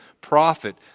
prophet